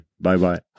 Bye-bye